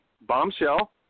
Bombshell